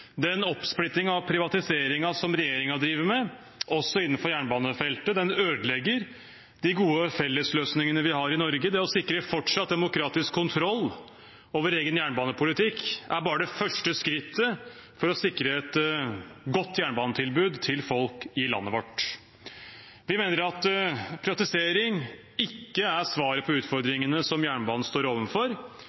Den oppsplittingen og privatiseringen som regjeringen driver med, også innenfor jernbanefeltet, ødelegger de gode fellesløsningene vi har i Norge. Det å sikre fortsatt demokratisk kontroll over egen jernbanepolitikk er bare det første skrittet for å sikre et godt jernbanetilbud til folk i landet vårt. Vi mener at privatisering ikke er svaret på utfordringene som jernbanen står